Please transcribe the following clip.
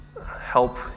help